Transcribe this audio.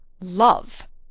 Love